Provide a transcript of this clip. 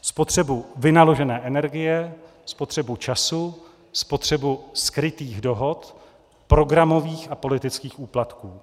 Spotřebu vynaložené energie, spotřebu času, spotřebu skrytých dohod, programových a politických úplatků.